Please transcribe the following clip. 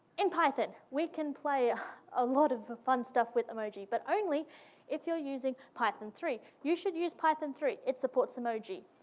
in python, we can play a lot of fun stuff with emoji, but only if you're using python three. you should use python three. it supports emoji.